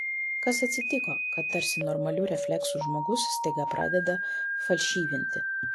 kas atsitiko kad tarsi normalių refleksų žmogus staiga pradeda falšyvinti